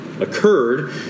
occurred